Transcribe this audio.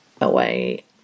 away